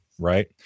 Right